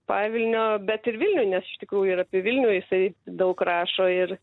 pavilnio bet ir vilniuj nes iš tikrųjų ir apie vilnių jisai daug rašo ir